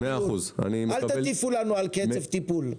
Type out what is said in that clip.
אל תטיפו לנו על קצב טיפול.